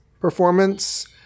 performance